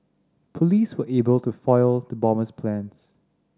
police were able to foil the bomber's plans